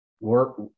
work